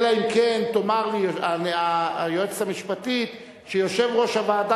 אלא אם כן תאמר לי היועצת המשפטית שיושב-ראש הוועדה